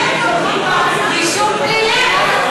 רישום פלילי.